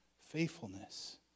faithfulness